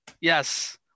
Yes